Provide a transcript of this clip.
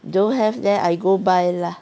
don't have then I go buy lah